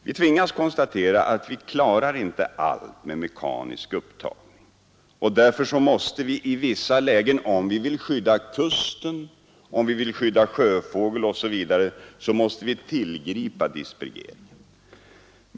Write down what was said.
Vi tvingas konstatera att vi inte klarar allt med mekanisk upptagning. Därför måste vi tillgripa dispergering i vissa lägen, om vi vill skydda kusten, sjöfågel osv.